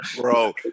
Bro